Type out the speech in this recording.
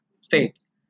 States